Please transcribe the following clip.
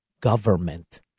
Government